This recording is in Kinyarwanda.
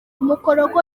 mukorogo